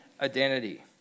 identity